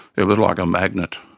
it was like a magnet.